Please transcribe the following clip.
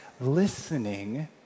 listening